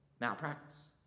malpractice